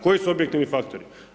Koji su objektivni faktori?